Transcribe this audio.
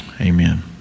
amen